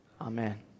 Amen